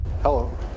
Hello